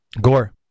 Gore